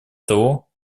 того